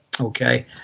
Okay